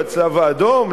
לצלב-האדום,